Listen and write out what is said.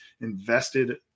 invested